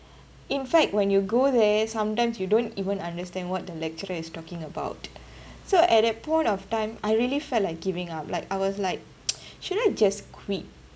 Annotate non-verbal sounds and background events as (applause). in fact when you go there sometimes you don't even understand what the lecturer is talking about (breath) so at that point of time I really felt like giving up like I was like (noise) should I just quit